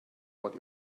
what